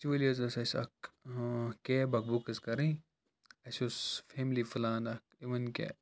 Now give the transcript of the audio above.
actually حظ ٲس اَسہِ اَکھ کیب اَکھ بُک حظ کَرٕنۍ اَسہِ اوس فِیملِی پٕلان اَکھ اِوٕنۍ کہِ